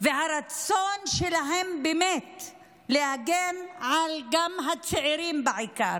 והרצון שלהם באמת להגן על הצעירים בעיקר.